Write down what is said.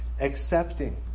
accepting